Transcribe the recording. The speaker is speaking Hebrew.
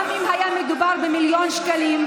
שלמה, גם אם היה מדובר במיליון שקלים,